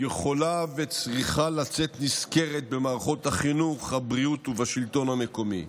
יכולה וצריכה לצאת נשכרת במערכות החינוך והבריאות ובשלטון המקומי.